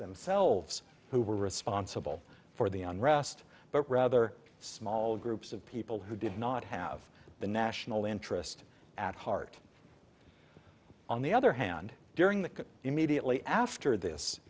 themselves who were responsible for the unrest but rather small groups of people who did not have the national interest at heart on the other hand during that immediately after this